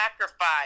sacrifice